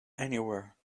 anywhere